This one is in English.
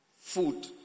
food